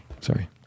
sorry